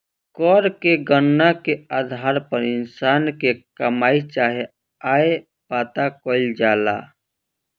कर के गणना के आधार पर इंसान के कमाई चाहे आय पता कईल जाला